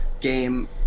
game